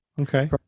Okay